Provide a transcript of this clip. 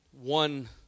one